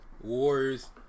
Warriors